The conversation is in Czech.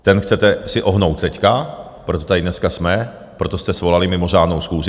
Ten si chcete ohnout teď, proto tady dneska jsme, proto jste svolali mimořádnou schůzi.